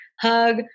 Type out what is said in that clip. hug